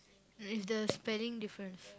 it's the spelling difference